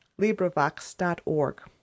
LibriVox.org